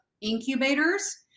incubators